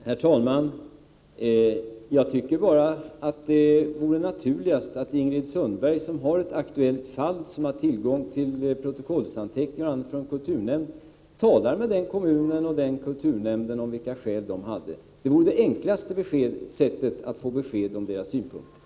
Herr talman! Jag tycker bara att det vore naturligast att Ingrid Sundberg, som har ett aktuellt fall, som har tillgång till protokoll från kulturnämnden osv., talar med den kommunen och den kulturnämnden om vilka skäl de hade. Det vore det enklaste sättet att få besked om deras synpunkter.